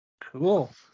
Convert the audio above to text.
cool